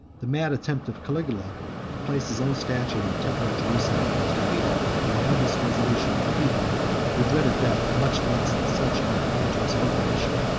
the mad attempt of caligula to place his own statue in the temple of jerusalem was defeated by the unanimous resolution of a people who dreaded death much less than such an idolatrous profanation.